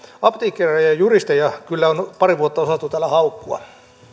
apteekkareita ja ja juristeja kyllä on pari vuotta osattu täällä haukkua